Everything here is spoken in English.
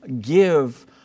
give